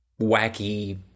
wacky